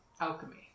alchemy